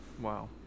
Wow